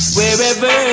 Wherever